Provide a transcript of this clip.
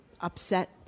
upset